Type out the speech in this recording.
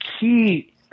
key